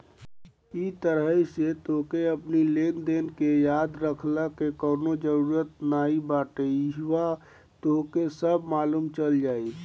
इ तरही से तोहके अपनी लेनदेन के याद रखला के कवनो जरुरत नाइ बाटे इहवा तोहके सब मालुम चल जाई